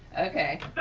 okay.